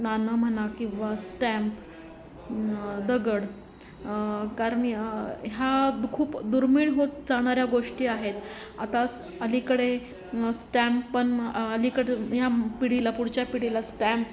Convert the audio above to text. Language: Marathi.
नाणं म्हणा किंवा स्टॅम्प दगड कारण य् ह्या दु खूप दुर्मिळ होत जाणाऱ्या गोष्टी आहेत आतास् अलीकडे स्टॅम्प पण म् अलीकडं ह्या म् पिढीला पुढच्या पिढीला स्टॅम्प